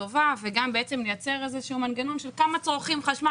טובה וגם לייצר מנגנון של כמה צורכים חשמל.